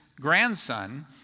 grandson